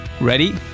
ready